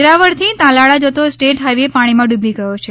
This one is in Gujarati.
વેરાવળ થી તાલાલા જતો સ્ટેટ હાઇવે પાણી માં ડૂબી ગયો છે